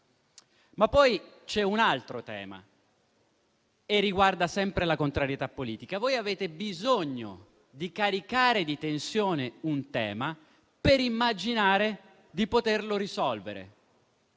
C'è poi un altro tema, che riguarda sempre la contrarietà politica: voi avete bisogno di caricare di tensione un tema per immaginare di poterlo risolvere.